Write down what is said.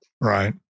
right